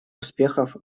успехов